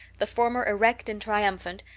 the former erect and triumphant,